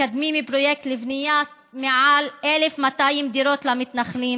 מקדמים פרויקט לבנייה של יותר מ-1,200 דירות למתנחלים